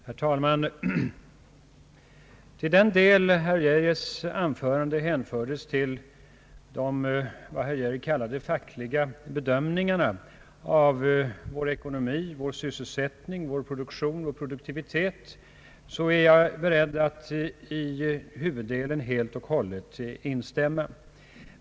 Herr talman! I den del av herr Geijers anförande som hänfördes till vad herr Geijer kallade »fackliga bedömningar» av vår ekonomi, vår sysselsättning, vår produktion och vår produktivitet är jag beredd att i huvuddelen helt och hållet instämma.